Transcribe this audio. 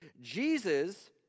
Jesus